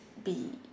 be